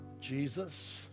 Jesus